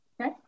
Okay